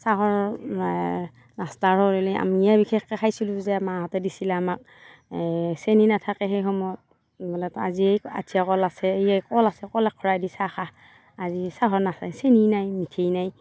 চাহৰ নাস্তা কৰিলে আমিহে বিশেষকে খাইছিলোঁ যে মাহঁতে দিছিলে আমাক চেনী নাথাকে সেই সময়ত মানে আজি আঠিয়া কল আছে এয়ে কল আছে কল এক খলা দি চাহ খা আজি চাহো নাখায় চেনী নাই মিঠেই নাই